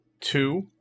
two